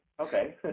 okay